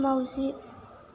माउजि